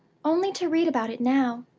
only to read about it now!